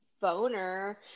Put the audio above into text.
boner